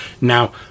now